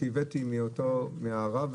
הבאתי משל על הרב והרבנית,